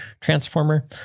transformer